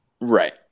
Right